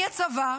אני הצבא,